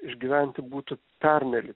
išgyventi būtų perneli